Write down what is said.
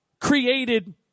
created